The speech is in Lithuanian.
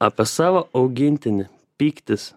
apie savo augintinį pyktis